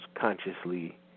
consciously